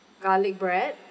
garlic bread